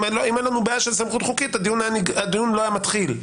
אם אין לנו בעיה של סמכות חוקית הדיון לא היה מתחיל.